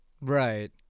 Right